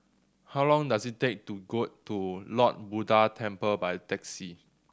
how long does it take to get to Lord Buddha Temple by taxi